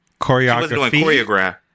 Choreography